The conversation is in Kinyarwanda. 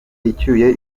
icyuye